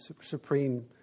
supreme